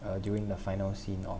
uh during the final scene